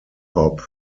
hop